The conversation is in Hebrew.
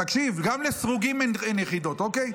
תקשיב, גם לסרוגים אין יחידות, אוקיי?